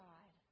God